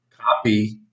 copy